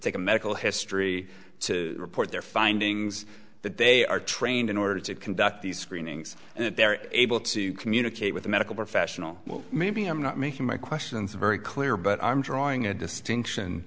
take a medical history to report their findings that they are trained in order to conduct these screenings and that they're able to communicate with a medical professional well maybe i'm not making my questions very clear but i'm drawing a distinction